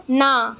না